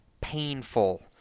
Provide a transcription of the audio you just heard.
painful